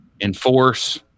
enforce